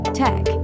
tech